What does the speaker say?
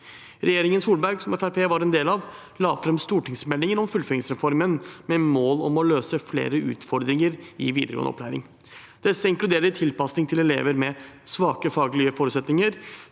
Regjeringen Solberg, som Fremskrittspartiet var en del av, la fram stortingsmeldingen om fullføringsreformen, med mål om å løse flere utfordringer i videregående opplæring. Disse inkluderer tilpasning til elever med svake faglige forutsetninger,